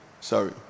sorry